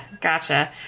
Gotcha